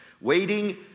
Waiting